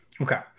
Okay